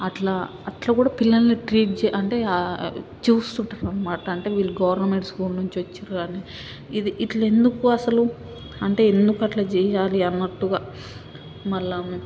అట్లా అట్లా కూడా పిల్లల్ని ట్రీట్ చ అంటే చూస్తుంటారు అనమాట అంటే వీళ్ళు గవర్నమెంట్ స్కూల్ నుంచి వచ్చినారు అని ఇది ఇట్లా ఎందుకు అస్సలు అంటే ఎందుకు అట్లా చెయ్యాలి అన్నట్టుగా మళ్ళీ